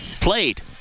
played